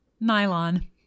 Nylon